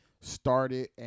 started